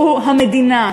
שהוא המדינה,